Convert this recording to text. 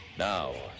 Now